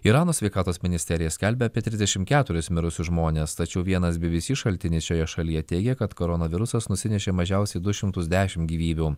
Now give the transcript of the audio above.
irano sveikatos ministerija skelbia apie trisdešim keturis mirusius žmones tačiau vienas bbc šaltinis šioje šalyje teigia kad koronavirusas nusinešė mažiausiai du šimtus dešim gyvybių